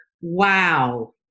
Wow